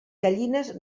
gallines